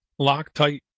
Loctite